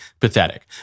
pathetic